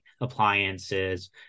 appliances